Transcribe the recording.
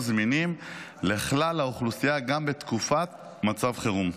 זמינים לכלל האוכלוסייה גם בתקופת מצב חירום.